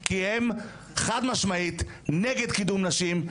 כי הם חד משמעית נגד קידום נשים,